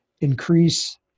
increase